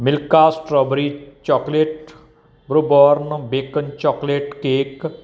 ਮਿਲਕਾਸਟ strawberry chocolate ਬਰੋਬੋਰਨ bacon chocolate cake